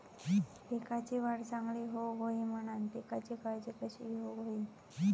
पिकाची वाढ चांगली होऊक होई म्हणान पिकाची काळजी कशी घेऊक होई?